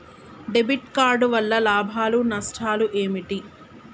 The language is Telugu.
డెబిట్ కార్డు వల్ల లాభాలు నష్టాలు ఏమిటి?